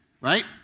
right